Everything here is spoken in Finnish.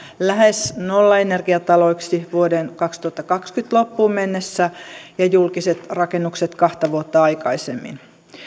lähes nollaenergiataloiksi vuoden kaksituhattakaksikymmentä loppuun mennessä ja julkiset rakennukset kahta vuotta aikaisemmin